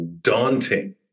daunting